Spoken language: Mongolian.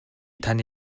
таны